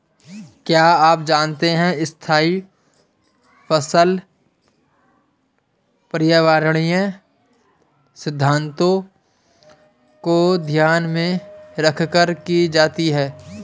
क्या आप जानते है स्थायी फसल पर्यावरणीय सिद्धान्तों को ध्यान में रखकर की जाती है?